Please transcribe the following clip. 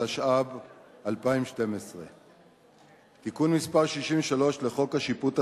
התשע"ב 2012. תיקון מס' 63 לחוק השיפוט הצבאי,